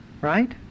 Right